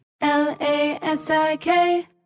L-A-S-I-K